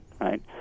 right